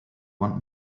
want